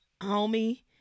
homie